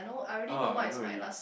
ah I know already